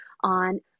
on